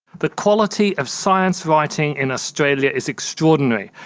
the quality of science writing in australia is extraordinary,